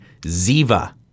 Ziva